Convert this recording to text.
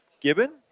Gibbon